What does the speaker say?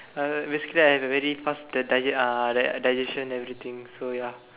uh basically I have a very fast the di~ uh the digestion and everything so ya